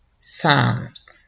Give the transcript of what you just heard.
psalms